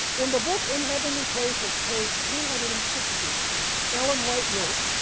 in the book in heavenly places page three hundred and sixty ellen white wrote